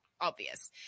obvious